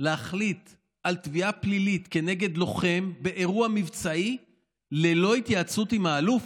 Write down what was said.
להחליט על תביעה פלילית כנגד לוחם באירוע מבצעי ללא התייעצות עם האלוף,